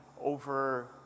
over